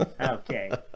Okay